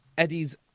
Eddie's